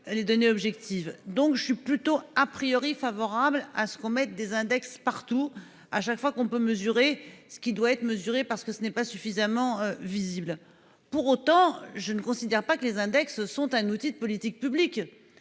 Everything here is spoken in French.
les données objectives, donc je suis plutôt a priori favorable à ce qu'on mette des index partout à chaque fois qu'on peut mesurer ce qui doit être mesurée, parce que ce n'est pas suffisamment visible. Pour autant, je ne considère pas que les index sont un outil de politique publique